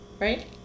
Right